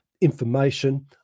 information